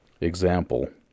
Example